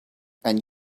and